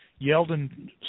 Yeldon